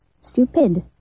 stupid